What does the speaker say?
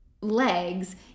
legs